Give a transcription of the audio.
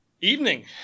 Evening